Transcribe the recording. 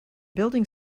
building